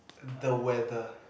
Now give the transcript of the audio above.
the weather